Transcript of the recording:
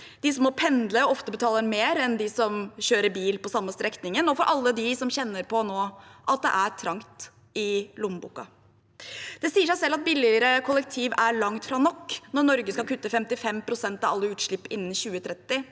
dem som må pendle og ofte betaler mer enn dem som kjører bil på den samme strekningen, og for alle dem som nå kjenner på at det er trangt i lommeboken. Det sier seg selv at billigere kollektiv langt fra er nok når Norge skal kutte 55 pst. av alle utslipp innen 2030,